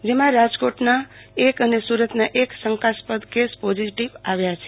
જેમાં રાજકોટનો એક અને સુરતનો એક શકાસ્પદ કેસ પોઝીટીવ આવ્યા છે